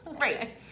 right